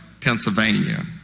Pennsylvania